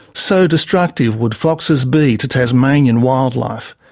so destructive would foxes be to tasmanian wildlife.